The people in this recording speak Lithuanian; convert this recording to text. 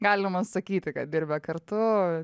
galima sakyti kad dirbę kartu